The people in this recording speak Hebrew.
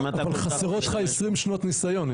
ינון, חסרות לך 20 שנות ניסיון.